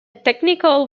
technical